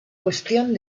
cuestión